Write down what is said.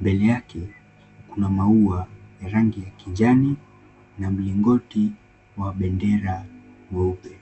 Mbele yake kuna maua ya rangi ya kijani, na mlingoti wa bendera mweupe.